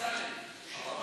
להעביר